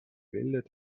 welle